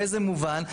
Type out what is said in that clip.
באיזה מובן?